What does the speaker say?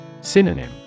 Synonym